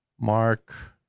Mark